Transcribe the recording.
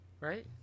Right